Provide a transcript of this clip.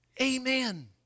Amen